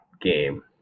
game